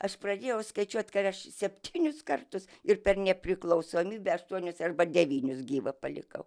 aš pradėjau skaičiuot kad aš septynius kartus ir per nepriklausomybę aštuonius arba devynius gyva palikau